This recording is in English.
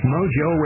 Mojo